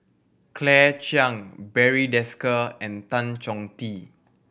Claire Chiang Barry Desker and Tan Chong Tee